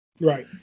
right